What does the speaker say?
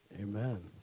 Amen